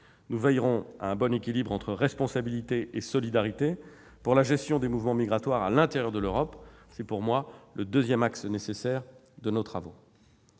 Nous veillerons à un bon équilibre entre responsabilité et solidarité pour la gestion des mouvements migratoires à l'intérieur de l'Europe. C'est le deuxième axe nécessaire de nos travaux.